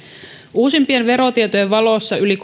uusimpien verotietojen valossa yli